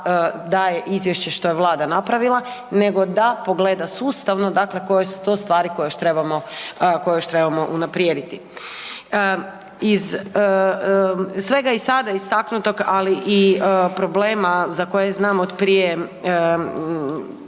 daje izvješće što je Vlada napravila nego da pogleda sustavno koje su to stvari koje još trebamo unaprijediti. Iz svega sada istaknutog, ali i problema za koje znam od prije